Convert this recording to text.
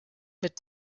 mit